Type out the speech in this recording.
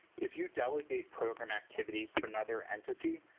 if you delegate program activities to another entity,